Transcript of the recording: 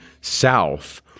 south